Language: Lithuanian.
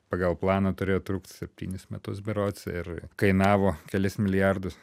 pagal planą turėjo trukt septynis metus berods ir kainavo kelis milijardus